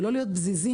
ולא להיות פזיזים,